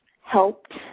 helped